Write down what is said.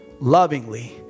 lovingly